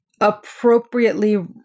appropriately